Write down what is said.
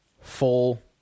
full